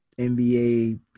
NBA